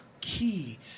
key